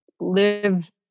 live